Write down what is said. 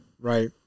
right